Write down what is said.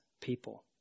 people